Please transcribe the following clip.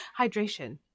Hydration